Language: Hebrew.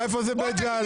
איפה זה בית ג'אלה?